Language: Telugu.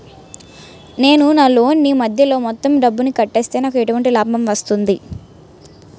నేను నా లోన్ నీ మధ్యలో మొత్తం డబ్బును కట్టేస్తే నాకు ఎటువంటి లాభం వస్తుంది?